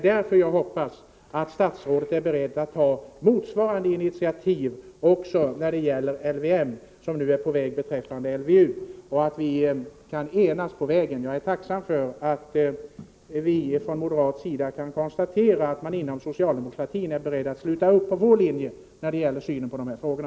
Därför hoppas jag att statsrådet beträffande LVM är beredd att ta motsvarande initiativ som nu är på väg beträffande LVU och att vi skall kunna enas på vägen. Jag är tacksam för att vi från moderat sida kan konstatera att man inom socialdemokratin är beredd att sluta upp bakom vår uppfattning när det gäller synen på de här frågorna.